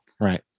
right